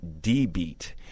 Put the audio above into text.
D-beat